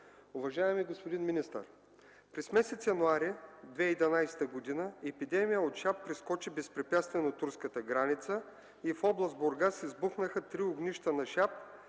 Уважаеми господин министър, през месец януари 2011 г. епидемия от шап прескочи безпрепятствено турската граница и в област Бургас избухнаха три огнища на шап,